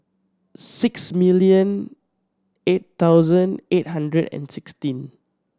six million eight thousand eight hundred and sixteen